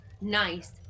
nice